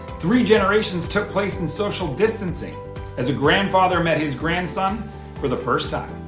three generations took place in social distancing as a grandfather met his grandson for the first time.